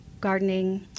gardening